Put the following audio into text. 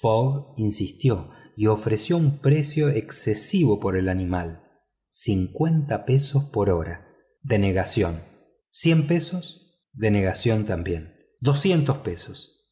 insistió y ofreció un precio excesivo por el animal diez libras por hora denegación veinte libras denegación también